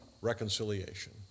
reconciliation